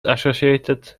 associated